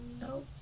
No